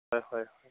হয় হয় হয়